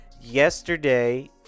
Yesterday